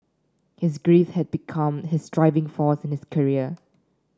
his grief had become his driving force in his career